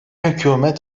hükümet